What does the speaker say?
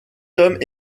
hommes